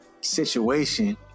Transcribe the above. situation